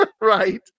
right